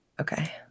okay